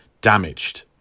damaged